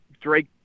Drake